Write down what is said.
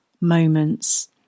moments